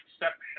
exception